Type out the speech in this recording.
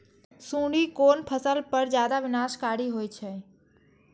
सुंडी कोन फसल पर ज्यादा विनाशकारी होई छै?